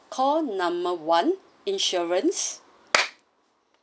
call number one insurance